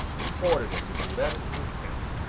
he ordered him to be led into his tent.